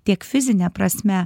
tiek fizine prasme